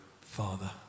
father